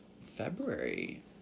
February